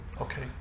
Okay